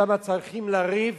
שם צריכים לריב